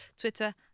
Twitter